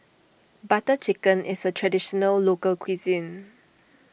Butter Chicken is a Traditional Local Cuisine